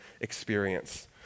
experience